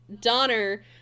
Donner